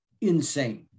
insane